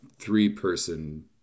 three-person